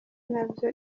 nabyo